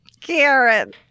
Karen